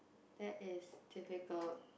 that is difficult